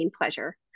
pleasure